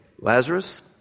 Lazarus